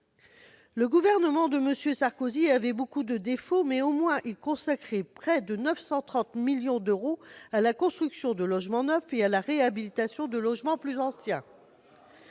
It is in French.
Les gouvernements, sous M. Sarkozy, avaient beaucoup de défauts ; mais au moins, ils consacraient près de 930 millions d'euros à la construction de logements neufs et à la réhabilitation de logements plus anciens.